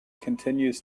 continues